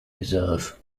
reserve